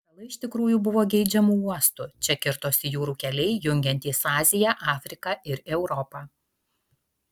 sala iš tikrųjų buvo geidžiamu uostu čia kirtosi jūrų keliai jungiantys aziją afriką ir europą